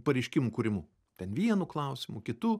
pareiškimų kūrimu ten vienu klausimu kitu